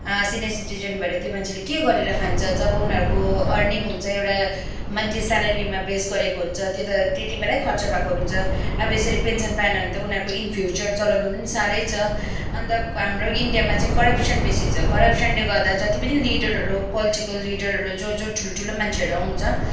senior citizen भएर त्यो मान्छेले के गरेर खान्छ जब उनीहरूको अर्निङ हुन्छ एउटा मन्थ्ली स्यालरीमा बेस गरेको हुन्छ त्यो त त्यति बेलै खर्च भएको हुन्छ अब यसरी पेन्सन पाएन भने त उनीहरूको इन फ्युचर चलाउनु पनि साह्रै छ अन्त हाम्रो इन्डियामा चाहिँ करपसन बेसी छ करपसनले गर्दा जति पनि लिडरहरू पोलिटिकल लिडरहरू जो जो ठुल ठुलो मान्छेहरू आउँछ